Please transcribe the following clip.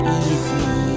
easy